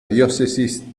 diócesis